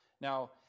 Now